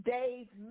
Dave